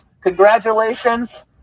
Congratulations